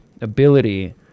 ability